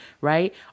right